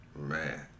Man